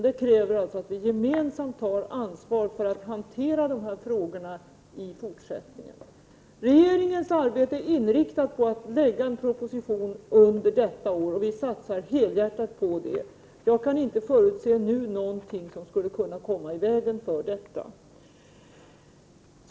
Det kräver emellertid att vi gemensamt tar ansvar för att hantera dessa frågor i fortsättningen. Regeringens arbete är inriktat på att lägga fram en proposition under detta år, och vi satsar helhjärtat på det. Jag kan nu inte förutse någonting som skulle kunna komma i vägen för detta.